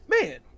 man